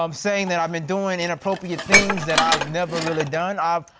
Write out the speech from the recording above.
um saying that i've been doing inappropriate things that i've never really done. um,